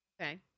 okay